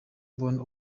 bonne